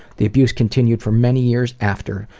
the abuse continued for many years after.